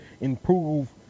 improve